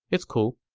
it's cool,